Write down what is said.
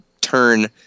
turn